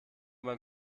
beim